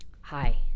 hi